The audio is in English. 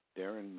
Darren